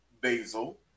basil